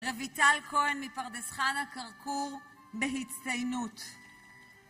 רויטל כהן מפרדס חנה-כרכור, בהצטיינות